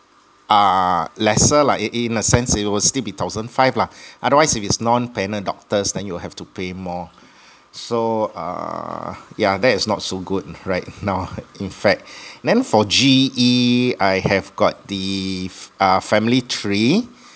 uh lesser lah in in a sense it will still be in thousand five lah otherwise if it's non panel doctors then you have to pay more so uh yeah that is not so good right now in fact then for G_E I have got the uh family tree